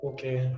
Okay